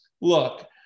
look